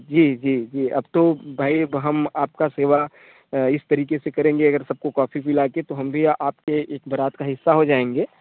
जी जी जी अब तो भाई अब हम आपका सेवा इस तरीके से करेंगे अगर सबको कॉफ़ी पिला कर तो हम भी आपके एक बारात का हिस्सा हो जाएँगे